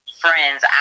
friends